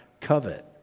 covet